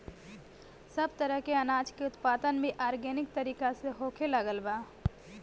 सब तरह के अनाज के उत्पादन भी आर्गेनिक तरीका से होखे लागल बा